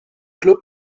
club